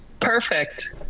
Perfect